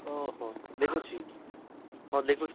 ଓହୋ ଦେଖୁଛି ହଁ ଦେଖୁଛି